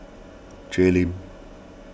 Jay Lim